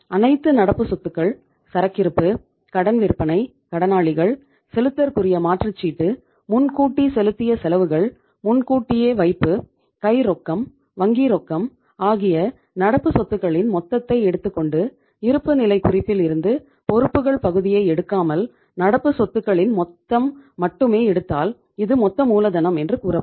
அனைத்து நடப்பு சொத்துக்கள் சரக்கிருப்பு கடன் விற்பனை கடனாளிகள் செலுத்தற்குரிய மாற்றுச்சீட்டு முன்கூட்டி செலுத்திய செலவுகள் முன்கூட்டியே வைப்பு கை ரொக்கம் வங்கி ரொக்கம் ஆகிய நடப்பு சொத்துக்களின் மொத்தத்தை எடுத்துக்கொண்டு இருப்புநிலை குறிப்பில் இருந்து பொறுப்புகள் பகுதியை எடுக்காமல் நடப்பு சொத்துகளின் மொத்தம் மட்டுமே எடுத்தால் இது மொத்த மூலதனம் என்று கூறப்படும்